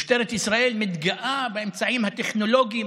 משטרת ישראל מתגאה באמצעים הטכנולוגיים.